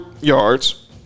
yards